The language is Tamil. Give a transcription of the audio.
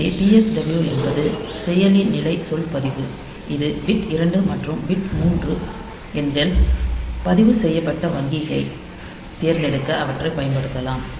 எனவே PSW என்பது செயலி நிலை சொல் பதிவு இது பிட் 2 மற்றும் 3 எண்கள் பதிவு செய்யப்பட்ட வங்கியைத் தேர்ந்தெடுக்க அவற்றைப் பயன்படுத்தலாம்